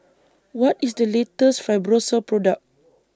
What IS The latest Fibrosol Product